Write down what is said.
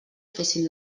fessin